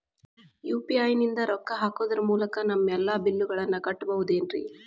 UPI ನಿಂದ ರೊಕ್ಕ ಹಾಕೋದರ ಮೂಲಕ ನಮ್ಮ ಎಲ್ಲ ಬಿಲ್ಲುಗಳನ್ನ ಕಟ್ಟಬಹುದೇನ್ರಿ?